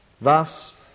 Thus